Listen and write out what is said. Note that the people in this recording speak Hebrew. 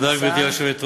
תודה, גברתי היושבת-ראש.